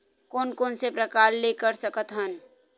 कोन कोन से प्रकार ले कर सकत हन?